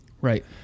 Right